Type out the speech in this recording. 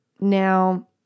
Now